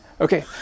Okay